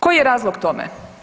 Koji je razlog tome?